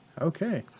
Okay